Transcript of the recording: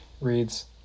reads